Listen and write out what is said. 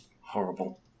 horrible